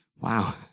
Wow